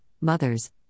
mothers